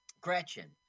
Gretchen